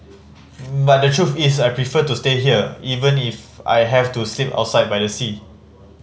but the truth is I prefer to stay here even if I have to sleep outside by the sea